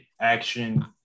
action